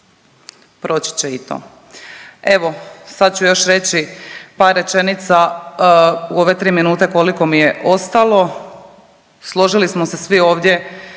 proći će i to. Evo sad ću još reći par rečenica u ove tri minute koliko mi je ostalo. Složili smo se svi ovdje